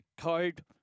code